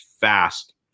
fast